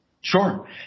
Sure